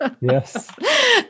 Yes